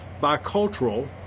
bicultural